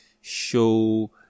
show